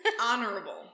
honorable